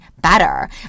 better